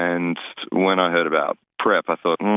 and when i heard about prep i thought,